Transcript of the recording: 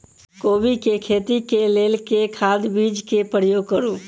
कोबी केँ खेती केँ लेल केँ खाद, बीज केँ प्रयोग करू?